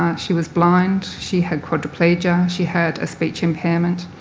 she was blind. she had quadriplegia. she had a speech impairment.